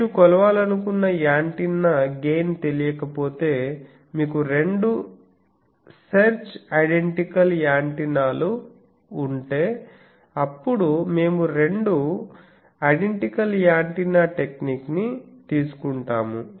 మీరు కొలవాలనుకున్న antenna gain తెలియకపోతే మీకు రెండు సెర్చ్ ఐడెంటికల్ యాంటెనాలు ఉంటే అప్పుడు మేము రెండు ఐడెంటికల్ యాంటెన్నా టెక్నిక్ ని తీసుకుంటాము